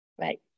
right